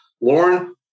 Lauren